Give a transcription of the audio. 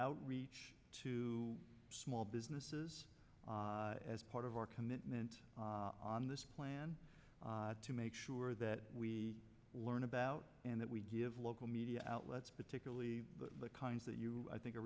outreach to small businesses as part of our commitment on this plan to make sure that we learn about and that we give local media outlets particularly the kinds that you i think are